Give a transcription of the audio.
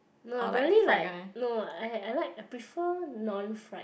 no apparently like no I I like I prefer non fried